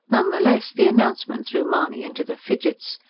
none the less, the announcement threw mahony into the fidgets.